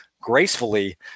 gracefully